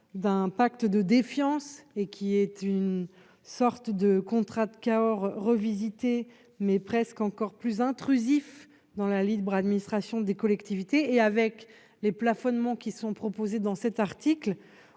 d'un pacte de défiance et qui est une sorte de contrat de Cahors revisité, mais presque encore plus intrusif dans la libre administration des collectivités et avec les plafonnement qui sont proposées dans cet article,